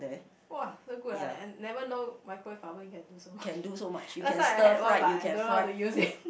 !wah! so good ah I never know microwave oven can do so much last time I had one but I don't know how to use it